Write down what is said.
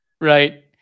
Right